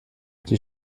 die